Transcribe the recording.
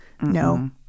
no